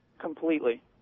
Completely